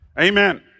Amen